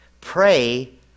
pray